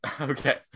okay